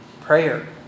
Prayer